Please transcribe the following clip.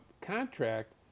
contract